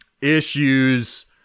issues